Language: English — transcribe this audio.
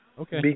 Okay